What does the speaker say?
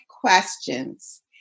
questions